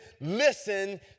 listen